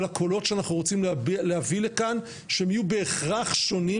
של הקולות שאנחנו רוצים להביא לכאן שהם יהיו בהכרח שונים